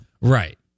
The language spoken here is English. Right